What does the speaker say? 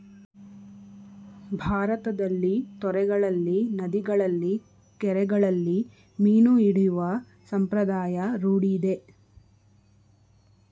ಭಾರತದಲ್ಲಿ ತೊರೆಗಳಲ್ಲಿ, ನದಿಗಳಲ್ಲಿ, ಕೆರೆಗಳಲ್ಲಿ ಮೀನು ಹಿಡಿಯುವ ಸಂಪ್ರದಾಯ ರೂಢಿಯಿದೆ